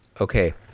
Okay